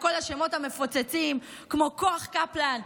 וכל השמות המפוצצים כמו "כוח קפלן",